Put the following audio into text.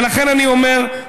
ולכן אני אומר,